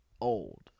old